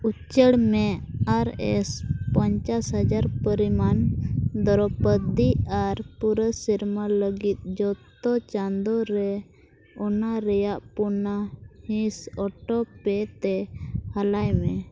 ᱩᱪᱟᱹᱲ ᱢᱮ ᱟᱨᱮᱥ ᱯᱚᱧᱪᱟᱥ ᱦᱟᱡᱟᱨ ᱯᱚᱨᱤᱢᱟᱱ ᱫᱨᱳᱣᱯᱚᱫᱤ ᱟᱨ ᱯᱩᱨᱟᱹ ᱥᱮᱨᱢᱟ ᱞᱟᱹᱜᱤᱫ ᱡᱚᱛᱚ ᱪᱟᱸᱫᱳᱨᱮ ᱚᱱᱟ ᱨᱮᱭᱟᱜ ᱯᱩᱱᱟ ᱦᱤᱸᱥ ᱚᱴᱳ ᱯᱮ ᱛᱮ ᱦᱟᱞᱟᱭ ᱢᱮ